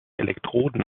elektroden